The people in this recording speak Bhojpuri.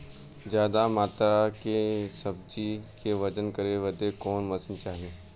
ज्यादा मात्रा के सब्जी के वजन करे बदे कवन मशीन चाही?